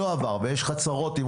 ברגע שתגיד שזה לא עבר ויש לך צרות עם